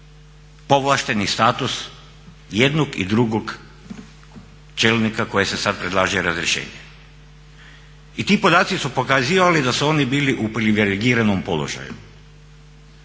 povlašteni status jednog i drugog čelnika kojima se sada predlaže razrješenje. I ti podaci su pokazivali da su oni bili u privilegiranom položaju,